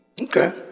Okay